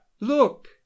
look